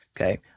Okay